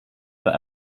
that